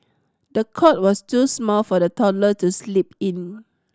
the cot was too small for the toddler to sleep in